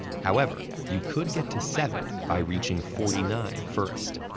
however, you could get to seven by reaching forty nine first.